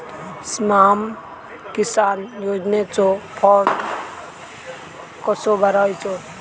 स्माम किसान योजनेचो फॉर्म कसो भरायचो?